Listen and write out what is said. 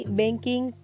banking